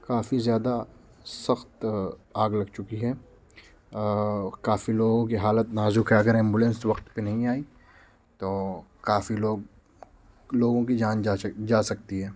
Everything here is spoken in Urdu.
کافی زیادہ سخت آگ لگ چکی ہے کافی لوگوں کی حالت نازک ہے اگر ایمبولینس وقت پہ نہیں آئی تو کافی لوگ لوگوں کی جان جا جا سکتی ہے